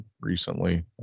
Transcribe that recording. recently